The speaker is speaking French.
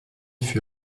fut